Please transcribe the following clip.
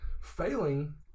failing